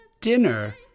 dinner